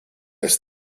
ist